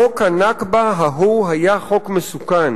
חוק ה"נכבה" ההוא היה חוק מסוכן,